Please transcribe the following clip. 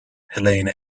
helene